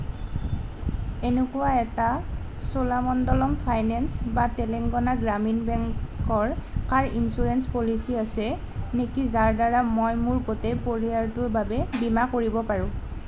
এনেকুৱা এটা চোলামণ্ডলম ফাইনেন্স বা তেলেঙ্গানা গ্ৰামীণ বেংকৰ কাৰ ইঞ্চুৰেঞ্চ পলিচী আছে নেকি যাৰ দ্বাৰা মই মোৰ গোটেই পৰিয়ালটোৰ বাবে বীমা কৰিব পাৰোঁ